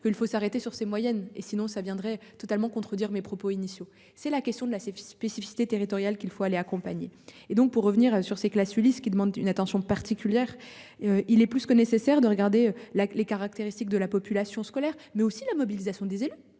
que il faut s'arrêter sur ces moyennes et sinon ça viendrait totalement contredire mes propos initiaux. C'est la question de l'ACF spécificités territoriales qu'il faut aller accompagner et donc pour revenir sur ces que la Suisse qui demande une attention particulière. Il est plus que nécessaire de regarder la les caractéristiques de la population scolaire mais aussi la mobilisation des et